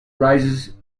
arises